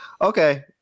Okay